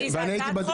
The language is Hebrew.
זאת הצעת החוק שלי,